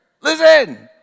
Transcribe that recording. Listen